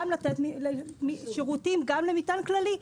גם לתת שירותים למטען כללי.